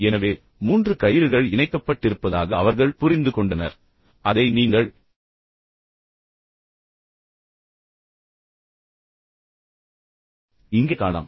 எனவே மூன்று கயிறுகள் இணைக்கப்பட்டிருப்பதாக அவர்கள் புரிந்துகொண்டனர் அதை நீங்கள் இங்கே காணலாம்